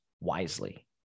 wisely